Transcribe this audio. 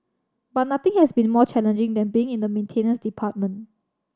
but nothing has been more challenging than being in the maintenance department